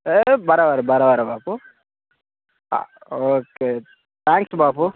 సరే బరాబర్ బరాబర్ బాపు ఓకే త్యాంక్స్ బాపు